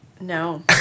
No